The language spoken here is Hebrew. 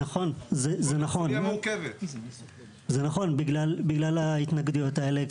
זה נכון בגלל ההתנגדויות האלה,